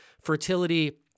fertility